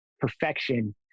perfection